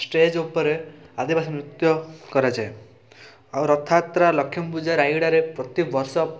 stage ଉପରେ ଆଦିବାସୀ ନୃତ୍ୟ କରାଯାଏ ଆଉ ରଥଯାତ୍ରା ଲକ୍ଷ୍ମୀପୂଜା ରାୟଗଡ଼ାରେ ପ୍ରତିବର୍ଷ